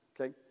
okay